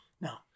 No